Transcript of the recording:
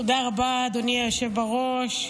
תודה רבה, אדוני היושב בראש.